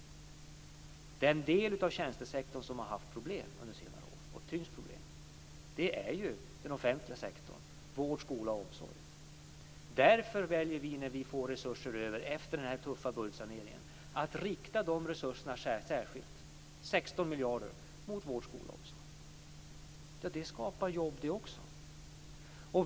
Den del av tjänstesektorn som har haft de tyngsta problemen under senare år är ju den offentliga sektorn, vård, skola och omsorg. Därför väljer vi, när vi får resurser över efter den här tuffa budgetsaneringen, att rikta de resurserna - 16 miljarder - särskilt till vård, skola och omsorg. Det skapar jobb det också.